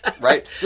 right